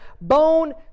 bone